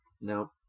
No